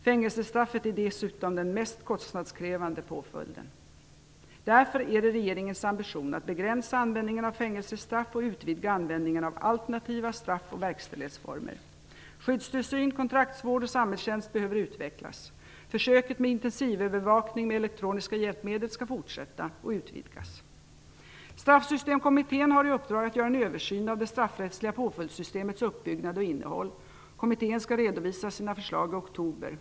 Fängelsestraffet är dessutom den mest kostnadskrävande påföljden. Därför är det regeringens ambition att begränsa användningen av fängelsestraff och att utvidga användningen av alternativa straff och verkställighetsformer. Skyddstillsyn, kontraktsvård och samhällstjänst behöver utvecklas. Försöket med intensivövervakning med elektroniska hjälpmedel skall fortsätta och utvidgas. Straffsystemkommittén har i uppdrag att göra en översyn av det straffrättsliga påföljdssystemets uppbyggnad och innehåll. Kommittén skall redovisa sina förslag i oktober.